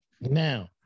Now